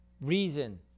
reason